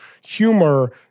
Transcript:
humor